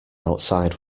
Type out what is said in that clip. outside